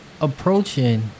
approaching